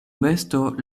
besto